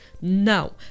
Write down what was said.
no